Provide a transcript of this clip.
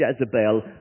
Jezebel